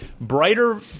Brighter